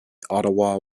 ottawa